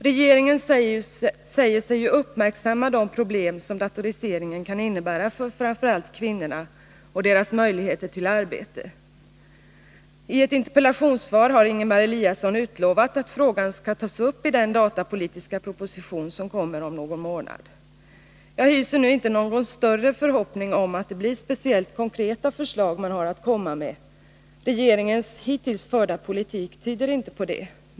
Regeringen säger sig ju uppmärksamma de problem som datoriseringen kan innebära för framför allt kvinnorna och deras möjligheter till arbete. I ett interpellationssvar har Ingemar Eliasson utlovat att frågan skall tas upp i den datapolitiska proposition som kommer om någon månad. Jag hyser nu inte någon större förhoppning om att det blir speciellt konkreta förslag som regeringen har att komma med — regeringens hittills förda politik tyder inte på det.